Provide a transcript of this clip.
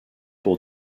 pour